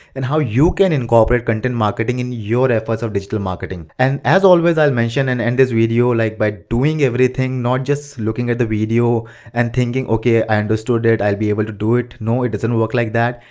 and how you can incorporate content marketing in your efforts of digital marketing. and as always i'll mention and end this video, like by doing everything not just looking at the video and thinking okay, i understood it, i'll be able to do it. no, it does not work like that.